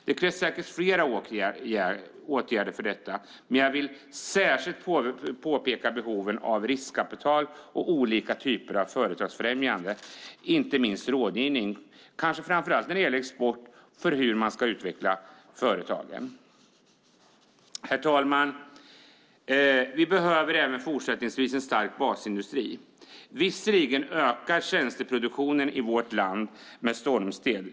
Det krävs säkert flera åtgärder, men jag vill särskilt peka på behovet av riskkapital och olika typer av företagsfrämjande, inte minst rådgivning när det kanske framför allt gäller export om hur man ska utveckla företagen. Herr talman! Vi behöver även fortsättningsvis en stark basindustri. Visserligen ökar tjänsteproduktionen i vårt land med stormsteg.